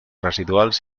residuals